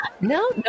no